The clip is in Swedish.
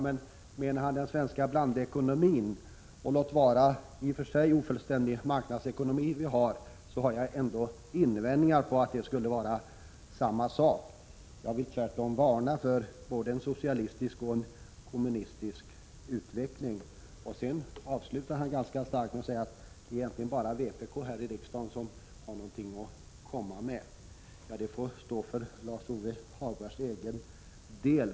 Men menar han den svenska blandekonomin och den låt vara i och för sig ofullständiga marknadsekonomi vi har, så vill jag ändå invända mot att det skulle vara samma sak. Jag vill tvärtom varna för både en socialistisk och en kommunistisk utveckling. 17 Sedan avslutar han med att säga att det egentligen bara är vpk här i riksdagen som har någonting att komma med. Ja, det får stå för Lars-Ove Hagbergs egen räkning.